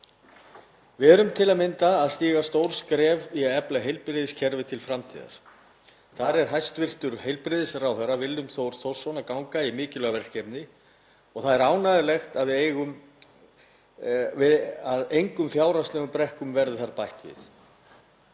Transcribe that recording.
Við erum til að mynda að stíga stór skref í að efla heilbrigðiskerfið til framtíðar. Þar er hæstv. heilbrigðisráðherra, Willum Þór Þórsson, að ganga í mikilvæg verkefni og það er ánægjulegt að engum fjárhagslegum brekkum verður þar bætt við.